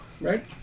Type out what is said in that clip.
right